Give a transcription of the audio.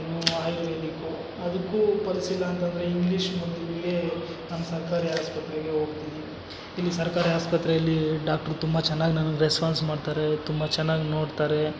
ಏನೂ ಆಯುರ್ವೇದಿಕ್ಕು ಅದಕ್ಕೂ ಫಲಿಸಿಲ್ಲ ಅಂತಂದರೆ ಇಂಗ್ಲೀಷ್ ಮದ್ದು ಇಲ್ಲಿಯೇ ನಮ್ಮ ಸರ್ಕಾರಿ ಆಸ್ಪತ್ರೆಗೆ ಹೋಗ್ತಿನಿ ಇಲ್ಲಿ ಸರ್ಕಾರಿ ಆಸ್ಪತ್ರೆಯಲ್ಲೀ ಡಾಕ್ಟ್ರು ತುಂಬ ಚೆನ್ನಾಗ್ ನನಗೆ ರೆಸ್ಪಾನ್ಸ್ ಮಾಡ್ತಾರೇ ತುಂಬ ಚೆನ್ನಾಗ್ ನೋಡ್ತಾರೆ